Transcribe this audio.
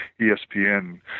ESPN